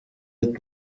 ati